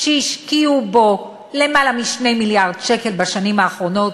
שהשקיעו בו למעלה מ-2 מיליארד שקל בשנים האחרונות,